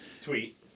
tweet